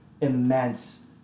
immense